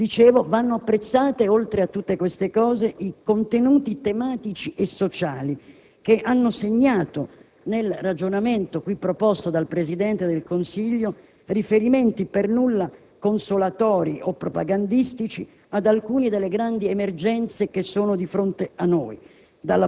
problema. Vanno apprezzati, oltre a tutto ciò, i contenuti tematici e sociali che hanno segnato, nel ragionamento qui proposto dal Presidente del Consiglio, riferimenti per nulla consolatori o propagandistici ad alcune delle grandi emergenze che sono di fronte a noi: